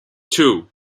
two